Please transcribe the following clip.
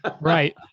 Right